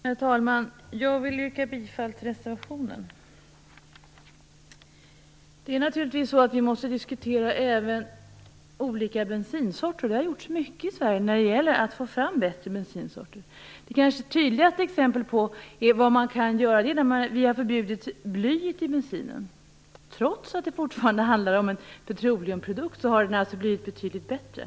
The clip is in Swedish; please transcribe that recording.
Herr talman! Jag vill yrka bifall till reservationen. Naturligtvis måste vi även diskutera olika bensinsorter. Det har gjorts mycket i Sverige när det gäller att få fram bättre bensinsorter. Det kanske tydligaste exemplet på vad man kan göra är att vi har förbjudit blyet i bensinen. Trots att det fortfarande handlar om en petroleumprodukt har den alltså blivit betydligt bättre.